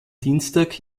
dienstag